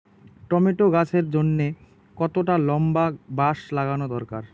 Tomato গাছের জন্যে কতটা লম্বা বাস লাগানো দরকার?